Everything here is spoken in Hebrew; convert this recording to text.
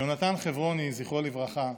יונתן חברוני, זכרו לברכה,